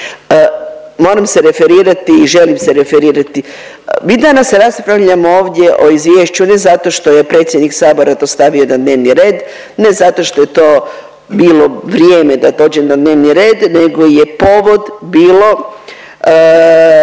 Moram se referirati i želim se referirati, mi danas raspravljamo ovdje o Izvješću ne zato što je predsjednik sabora to stavio na dnevni red, ne zato što je to bilo vrijeme da dođe na dnevni red nego je povod bilo